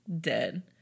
dead